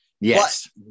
Yes